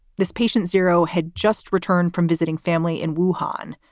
this patient zero had just returned from visiting family and wu hahn.